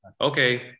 okay